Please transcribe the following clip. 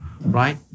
right